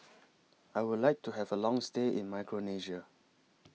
I Would like to Have A Long stay in Micronesia